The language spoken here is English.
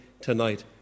tonight